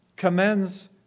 commends